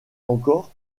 encore